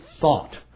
thought